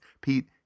Pete